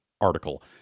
article